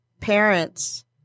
parents